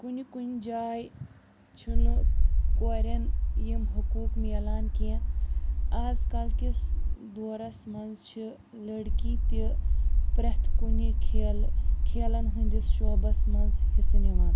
کُنہِ کُنہِ جایہِ چھنہٕ کورِٮ۪ن یم حقوق میلان کیٛنٚہہ آز کل کِس دورَس منٛز چھِ لٔڑکی تہِ پرٛٮ۪تھ کُنہِ کھیل کھیلن ہٕندِس شوبَس منٛز حصہٕ نِوان